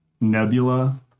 nebula